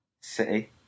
City